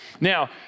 Now